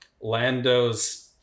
lando's